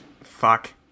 Fuck